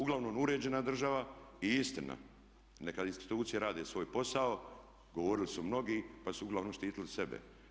Uglavnom uređena država i istina neka institucije rade svoje posao, govorili su mnogi pa su uglavnom štitili sebe.